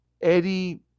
eddie